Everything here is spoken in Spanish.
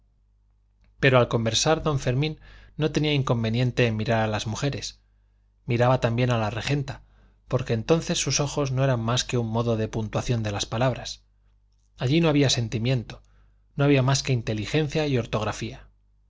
pero al conversar don fermín no tenía inconveniente en mirar a las mujeres miraba también a la regenta porque entonces sus ojos no eran más que un modo de puntuación de las palabras allí no había sentimiento no había más que inteligencia y ortografía